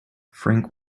frank